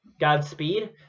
godspeed